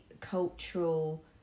cultural